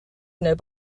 know